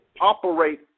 operate